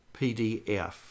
PDF